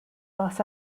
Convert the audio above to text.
los